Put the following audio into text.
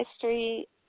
History